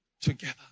Together